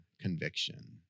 conviction